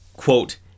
quote